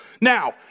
Now